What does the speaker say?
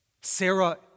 Sarah